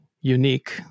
unique